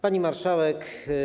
Pani Marszałek!